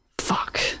fuck